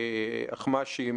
אחמ"שים,